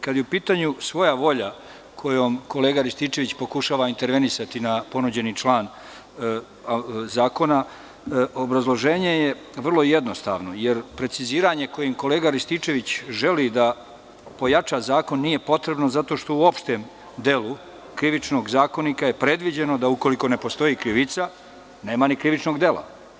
Kada je u pitanju svoja volja kojom kolega Rističević pokušava intervenisati na ponuđeni član zakona, obrazloženje je vrlo jednostavno, jer preciziranje kojim kolega Rističević želi da pojača zakon nije potrebno zato što u opštem delu Krivičnog zakonika je predviđeno da ukoliko ne postoji krivica nema ni krivičnog dela.